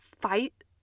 fight